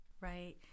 Right